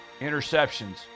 interceptions